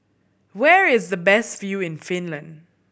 where is the best view in Finland